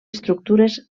estructures